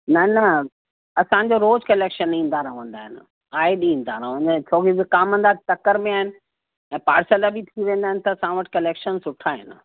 न न असांजो रोज़ु कलेक्शन ईंदा रहंदा आहिनि आए ॾींहुं ईंदा रहंदा आहिनि छो की विकामंदा तकड़ि में आहिनि ऐं पार्सल बि थी वेंदा आहिनि त असां वटि कलेक्शन सुठा आहिनि